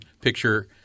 picture